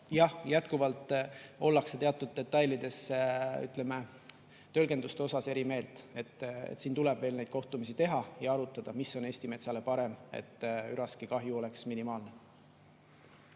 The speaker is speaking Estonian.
jah, jätkuvalt ollakse teatud detailides, ütleme, tõlgenduste osas eri meelt. Nii et siin tuleb veel neid kohtumisi teha ja arutada, mis on Eesti metsale parem, et üraskikahju oleks minimaalne.